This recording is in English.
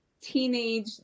teenage